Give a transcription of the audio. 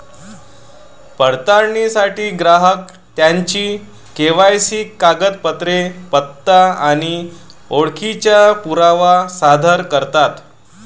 पडताळणीसाठी ग्राहक त्यांची के.वाय.सी कागदपत्रे, पत्ता आणि ओळखीचा पुरावा सादर करतात